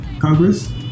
Congress